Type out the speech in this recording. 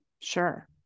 sure